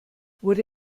wurde